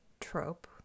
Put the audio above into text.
trope